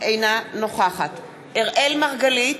אינה נוכחת אראל מרגלית,